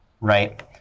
Right